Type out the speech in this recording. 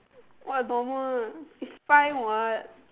what normal it's fine what